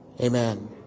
Amen